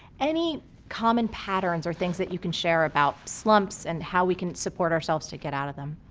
any common patterns or things that you can share about slumps and how we can support ourselves to get out of them?